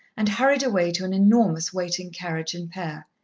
and hurried away to an enormous waiting carriage-and-pair.